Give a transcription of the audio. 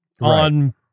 on